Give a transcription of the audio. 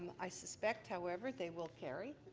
i suspect, however, they will carry,